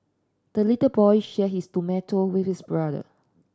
the little boy share his tomato with his brother